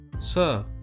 Sir